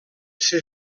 ser